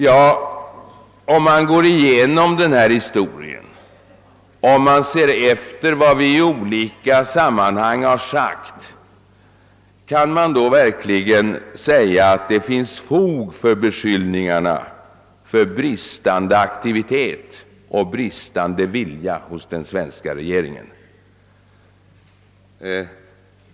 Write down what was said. Om vi sålunda går igenom hela förhistorien och ser efter vad vi sagt i olika sammanhang, kan någon då verkligen säga att det finns fog för beskylningarna för bristande aktivitet och bristande vilja hos den svenska regeringen?